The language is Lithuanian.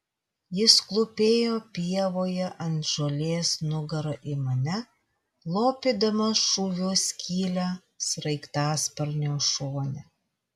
jis klūpėjo pievoje ant žolės nugara į mane lopydamas šūvio skylę sraigtasparnio šone